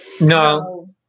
No